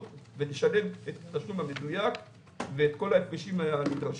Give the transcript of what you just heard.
ואז נשלם את התשלום המדויק ואת כל ההפרשים הנדרשים.